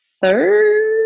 third